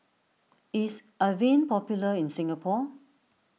is Avene popular in Singapore